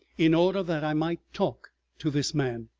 in order that i might talk to this man.